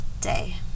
day